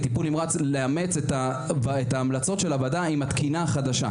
לאמץ את ההמלצות הוועדה עם התקינה החדשה.